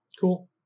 Cool